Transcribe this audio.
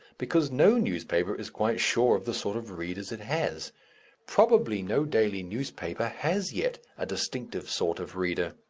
because no newspaper is quite sure of the sort of readers it has probably no daily newspaper has yet a distinctive sort of reader.